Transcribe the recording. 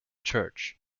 church